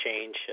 change